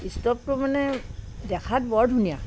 ষ্ট'ভটো মানে দেখাত বৰ ধুনীয়া